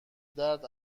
درد